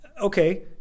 Okay